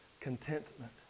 contentment